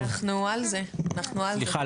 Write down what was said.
אנחנו המלצנו להסדיר את הנושא הזה.